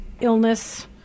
illness